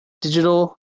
Digital